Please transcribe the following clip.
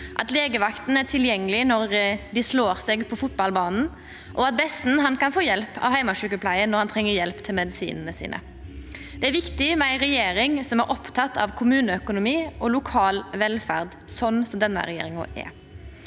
at legevakta er tilgjengeleg når dei slår seg på fotballbana og at besten kan få hjelp av heimesjukepleiar når han treng hjelp med medisinane sine. Det er viktig med ei regjering som er oppteken av kommuneøkonomi og lokal velferd, slik som denne regjeringa er.